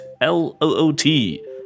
L-O-O-T